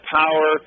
power